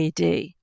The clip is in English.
AD